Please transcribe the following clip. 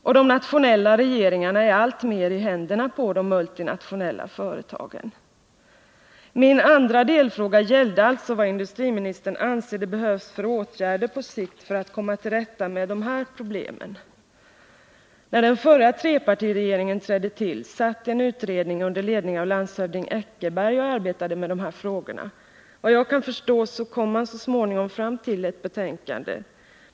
Och de nationella regeringarna är alltmer i händerna på de multinationella företagen. Min andra delfråga gällde alltså vad industriministern anser att det behövs för åtgärder på sikt för att komma till rätta med de här problemen. När den förra trepartiregeringen trädde till satt en utredning under ledning av landshövding Eckerberg och arbetade med dessa frågor. Vad jag kan förstå kom den så småningom fram till ett betänkande.